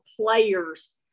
players